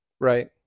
Right